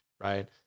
right